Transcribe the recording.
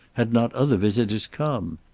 had not other visitors come?